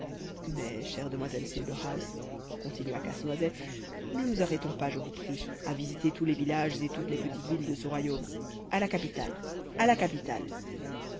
mais chère demoiselle silberhaus continua casse-noisette ne nous arrêtons pas je vous prie à visiter tous les villages et toutes les petites villes de ce royaume a la capitale à la capitale